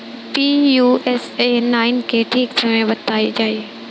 Pusa nine के ठीक समय बताई जाई?